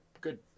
good